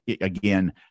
again